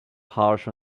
harsh